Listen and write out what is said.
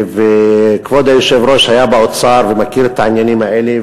וכבוד היושב-ראש היה באוצר והוא מכיר את העניינים האלה,